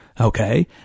okay